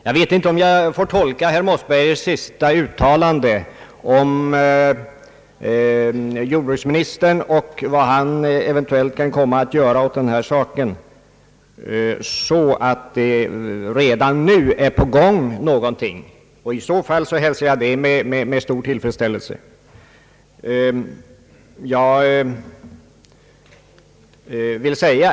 Jag vet inte om jag får tolka herr Mossbergers sista uttalande om jordbruksministern och vad han eventuellt kan komma att göra åt saken så, att någonting redan nu är på gång. I så fall hälsar jag det med stor tillfredsställelse.